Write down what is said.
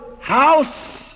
house